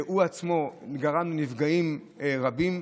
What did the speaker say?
שהוא עצמו גרם לנפגעים רבים,